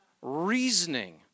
reasoning